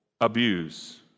abuse